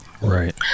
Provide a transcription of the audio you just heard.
Right